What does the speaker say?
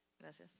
gracias